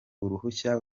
uruhusa